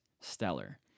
stellar